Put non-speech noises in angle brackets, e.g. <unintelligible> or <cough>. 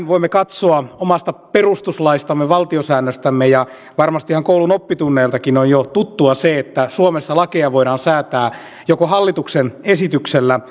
<unintelligible> voimme katsoa omasta perustuslaistamme valtiosäännöstämme ja varmasti ihan koulun oppitunneiltakin on jo tuttua se että suomessa lakeja voidaan säätää joko hallituksen esityksellä <unintelligible>